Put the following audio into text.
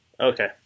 Okay